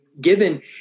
given